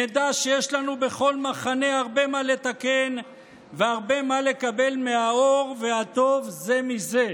נדע שיש לנו בכל מחנה הרבה מה לתקן והרבה מה לקבל מהאור והטוב זה מזה.